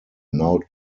now